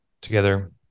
together